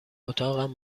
اتاقم